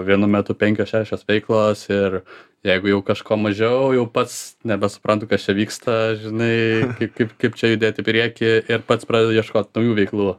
vienu metu penkios šešios veiklos ir jeigu jau kažko mažiau jau pats nebesuprantu kas čia vyksta žinai kaip kaip čia judėt į priekį ir pats pradedu ieškot naujų veiklų